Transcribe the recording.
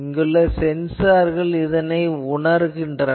இங்குள்ள சென்சார்கள் இதனை உணர்கின்றன